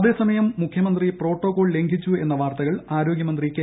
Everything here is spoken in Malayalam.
അതേസമയം മുഖ്യമന്ത്രി പ്രോട്ടോകോൾ ലംഘിച്ചു എന്ന വാർത്തകൾ ആരോഗ്യമന്ത്രി കെ